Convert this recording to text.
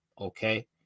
okay